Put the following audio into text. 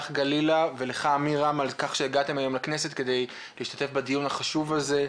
גלילה ועמירם על כך שהגעתם היום לכנסת כדי להשתתף בדיון החשוב הזה.